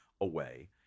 away